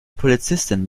polizistin